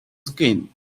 skin